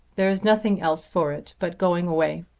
there's nothing else for it but going away.